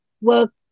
work